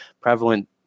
prevalent